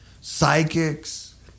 psychics